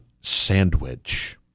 sandwich